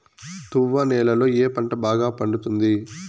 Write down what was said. తువ్వ నేలలో ఏ పంట బాగా పండుతుంది?